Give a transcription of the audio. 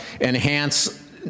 enhance